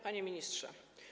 Panie Ministrze!